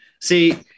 See